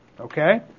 Okay